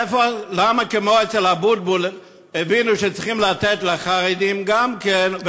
למה כמו שאצל אבוטבול הבינו שצריכים לתת לחרדים גם כן,